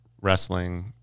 wrestling